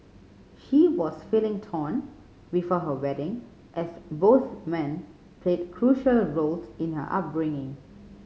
she was feeling torn before her wedding as both men played crucial roles in her upbringing